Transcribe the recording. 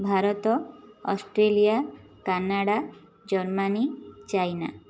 Bharat Australia Canada Germany China